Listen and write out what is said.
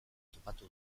topatu